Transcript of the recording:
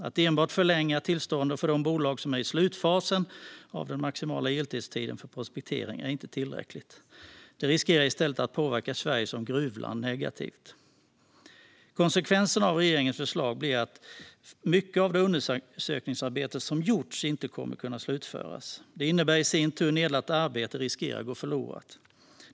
Att enbart förlänga tillståndet för de bolag som är i slutfasen av den maximala giltighetstiden för prospektering är inte tillräckligt. Det riskerar i stället att påverka Sverige som gruvland negativt. Konsekvensen av regeringens förslag blir att mycket av det undersökningsarbete som gjorts inte kommer att kunna slutföras. Det innebär i sin tur att nedlagt arbete riskerar att gå förlorat.